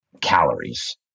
calories